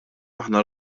aħna